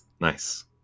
nice